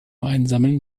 einsammeln